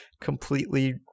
completely